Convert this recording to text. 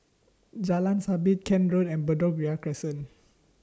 Jalan Sabit Kent Road and Bedok Ria Crescent